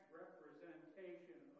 representation